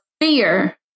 fear